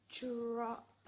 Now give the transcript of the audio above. drop